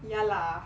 ya lah